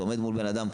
אתה עומד מול בן אדם,